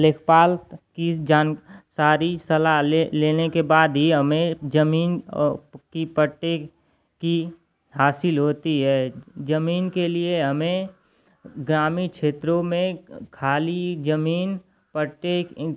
लेखपाल की सारी सलाह ले लेने के बाद ही हमें ज़मीन और कि पट्टे की हासिल होती है ज़मीन के लिए हमें ग्रामीण क्षेत्रों में खाली ज़मीन पट्टे